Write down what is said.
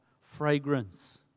fragrance